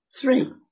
Three